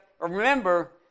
remember